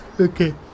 Okay